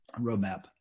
roadmap